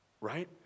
right